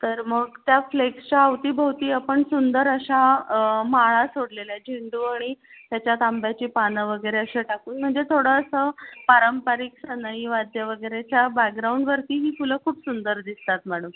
तर मग त्या फ्लेक्सच्या अवतीभवती आपण सुंदर अशा माळा सोडलेल्या झेंडू आणि त्याच्यात आंब्याची पानं वगैरे अशा टाकून म्हणजे थोडं असं पारंपरिक सनई वाद्य वगैरेच्या बॅग्राऊंडवरती ही फुलं खूप सुंदर दिसतात मॅडम